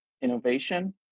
innovation